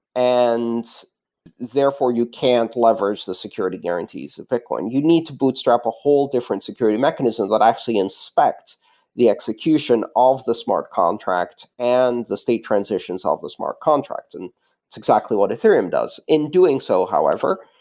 and therefore, you can't leverage the security guarantees of bitcoin. you need to bootstrap a whole different security mechanism that actually inspect the execution of the smart contract and the state transitions of the smart contract, and it's exactly what ethereum does. in doing so, however,